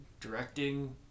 directing